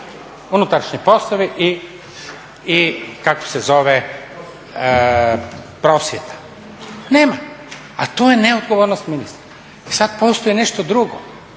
unutrašnji poslovi i kako se zove, prosvjeta. Nema, a to je neodgovornost ministara. I sad postoji nešto drugo,